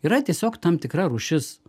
yra tiesiog tam tikra rūšis